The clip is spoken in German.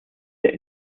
der